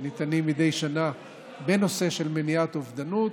שניתן מדי שנה בנושא של מניעת אובדנות,